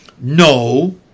No